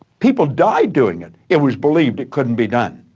people died doing it. it was believed it couldn't be done.